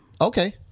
Okay